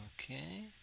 Okay